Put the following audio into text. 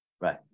Right